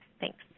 Thanks